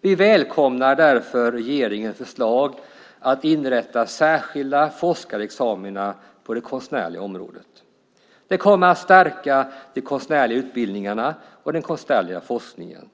Vi välkomnar därför regeringens förslag att inrätta särskilda forskarexamina på det konstnärliga området. Det kommer att stärka de konstnärliga utbildningarna och den konstnärliga forskningen.